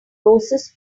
roses